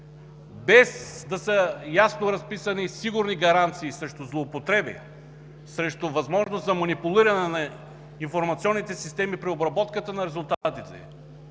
без да са ясно разписани сигурни гаранции срещу злоупотреби, срещу възможност за манипулиране на информационните системи при обработката на резултатите,